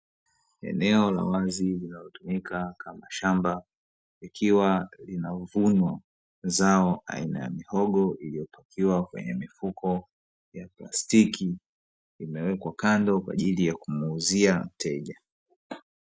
Eneo la wazi linalotumika kama shamba, likiwa linavunwa zao aina ya mihogo iliyopakiwa kwenye mifuko ya plastiki, imewekwa kando kwaajili ya kumuuzia mteja.